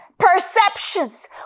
perceptions